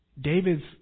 David's